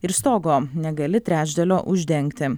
ir stogo negali trečdalio uždengti